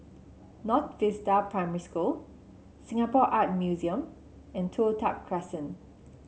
North Vista Primary School Singapore Art Museum and Toh Tuck Crescent